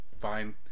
Fine